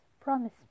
Promise